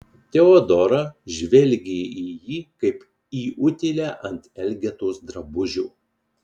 teodora žvelgė į jį kaip į utėlę ant elgetos drabužio